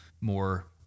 more